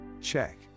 Check